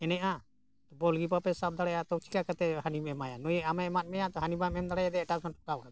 ᱮᱱᱮᱡᱼᱟ ᱵᱚᱞ ᱜᱮ ᱵᱟᱯᱮ ᱥᱟᱵ ᱫᱟᱲᱮᱭᱟᱜᱼᱟ ᱛᱚ ᱪᱤᱠᱟᱹ ᱠᱟᱛᱮᱫ ᱦᱟᱹᱱᱤᱢ ᱮᱢᱟᱭᱟ ᱱᱩᱭ ᱟᱢᱮ ᱮᱢᱟᱜ ᱢᱮᱭᱟ ᱛᱚ ᱦᱟᱹᱱᱤ ᱵᱟᱢ ᱮᱢ ᱫᱟᱲᱮᱭᱟᱫᱟ ᱮᱴᱟᱜ ᱥᱮᱫ ᱮᱢ ᱴᱚᱠᱟᱣ ᱠᱮᱫᱟ